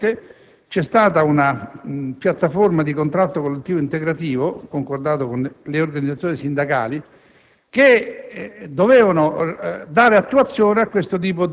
e che nel gennaio 2007 c'è stata una piattaforma di contratto collettivo integrativo, concordato con le organizzazioni sindacali,